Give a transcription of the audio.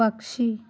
పక్షి